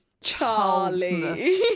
Charlie